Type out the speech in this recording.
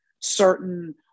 certain